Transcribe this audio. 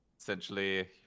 Essentially